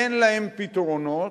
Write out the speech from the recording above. אין להן פתרונות,